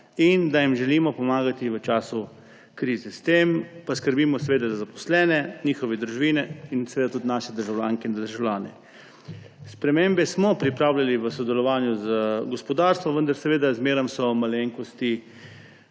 in da jim želimo pomagati v času krize, s tem pa skrbimo za zaposlene, njihove družine in seveda tudi naše državljanke in državljane. Spremembe smo pripravljali v sodelovanju z gospodarstvom, vendar zmeraj so malenkosti